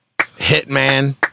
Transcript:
Hitman